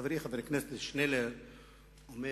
שנלר אומר